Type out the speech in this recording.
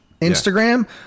Instagram